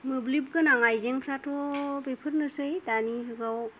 मोब्लिब गोनां आइजेंफोराथ' बेफोरनोसै दानि जुगाव